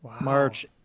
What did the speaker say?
march